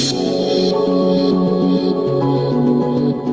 oh